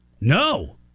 No